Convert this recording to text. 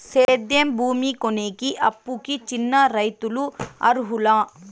సేద్యం భూమి కొనేకి, అప్పుకి చిన్న రైతులు అర్హులా?